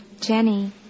Jenny